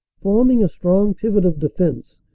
forming a strong pivot of defense,